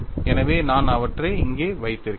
எனவே நான் அவற்றை இங்கே வைத்திருக்கிறேன்